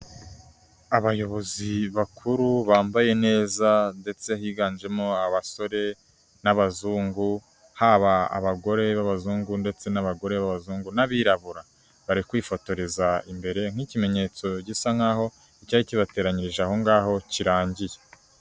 Abayobozi bakuru bambaye neza ndetse higanjemo abasore n'abazungu haba abagore b'abazungu ndetse n'abagore b'abazungu n'abirabura, bari kwifotoreza imbere nk'ikimenyetso gisa nk'aho icyari kibateranyirije aho ngaho kirangiye.